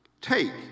take